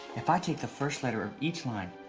if i take the first letter of each line,